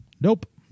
Nope